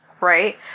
right